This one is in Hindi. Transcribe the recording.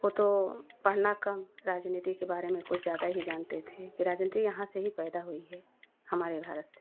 वह तो पढ़ना कम राजनीति के बारे में कुछ ज़्यादा ही जानते थे कि राजनीति यहाँ से ही पैदा हुई है हमारे भारत से